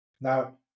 Now